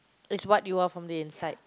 is what you are from the inside